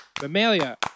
Mammalia